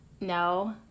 No